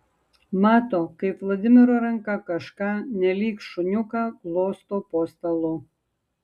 mato kaip vladimiro ranka kažką nelyg šuniuką glosto po stalu